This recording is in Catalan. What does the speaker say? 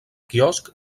quiosc